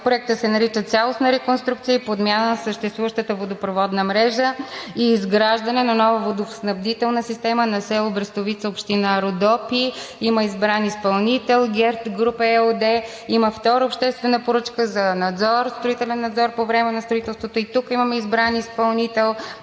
Проектът се нарича „Цялостна реконструкция и подмяна на съществуващата водопроводна мрежа и изграждане на нова водоснабдителна система на село Брестовица, община Родопи“. Има избран изпълнител – „Герт груп“ ЕООД. Има втора обществена поръчка за строителен надзор по време на строителството. И тук имаме избран изпълнител,